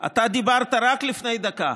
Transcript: אתה דיברת רק לפני דקה